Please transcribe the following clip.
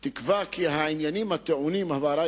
תקווה כי העניינים הטעונים הבהרה